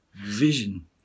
vision